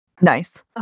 Nice